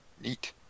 Neat